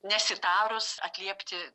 nesitarus atliepti